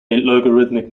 logarithmic